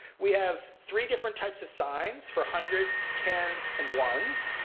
we have three different types of signs for hundreds, tens, and ones.